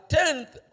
tenth